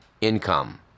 income